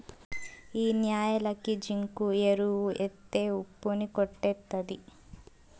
ఈ న్యాలకి జింకు ఎరువు ఎత్తే ఉప్పు ని కొట్టేత్తది